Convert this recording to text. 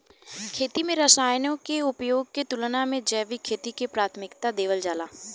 खेती में रसायनों के उपयोग के तुलना में जैविक खेती के प्राथमिकता देवल जाला